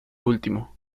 último